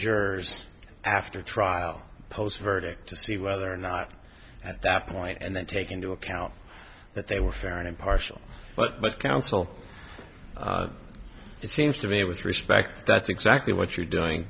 jurors after trial post verdict to see whether or not at that point and then take into account that they were fair and impartial but counsel it seems to me with respect that's exactly what you're doing